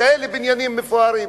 וכאלה בניינים מפוארים,